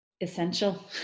Essential